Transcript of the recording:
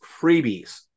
freebies